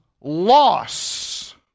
loss